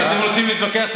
אתם רוצים להתווכח?